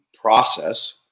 process